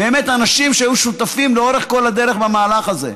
באמת, אנשים שהיו שותפים לאורך כל הדרך למהלך הזה.